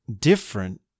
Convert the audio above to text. different